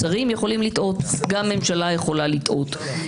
שרים יכולים לטעות, גם ממשלה יכולה לטעות.